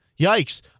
yikes